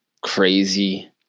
crazy